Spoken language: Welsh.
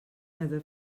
meddai